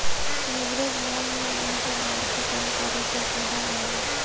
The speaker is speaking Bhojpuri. लिवरेज लोन में लोन क भार के कम करे क सुविधा रहेला